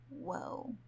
whoa